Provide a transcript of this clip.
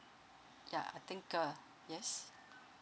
ya I think uh yes